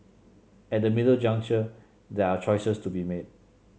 at the middle juncture there are choices to be made